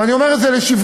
ואני אומר את זה לשבחם.